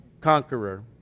conqueror